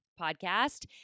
podcast